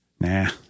Nah